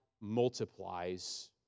multiplies